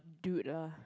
dude ah